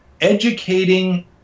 educating